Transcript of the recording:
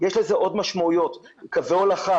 יש זזה עוד משמעויות קווי הולכה,